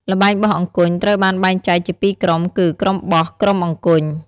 ល្បែងបោះអង្គញ់ត្រូវបានបែងចែកជាពីរក្រុមគឺ ក្រុមបោះ ក្រុមអង្គញ់ ។